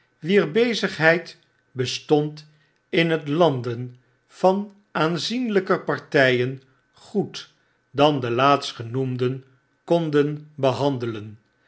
wier bezigheid bestond in het landen van aanzienlper partyen goed dan de laatstgenoemden konden behandelen